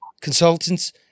Consultants